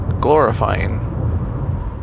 glorifying